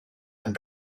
and